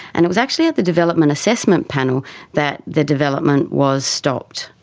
and it was actually at the development assessment panel that the development was stopped.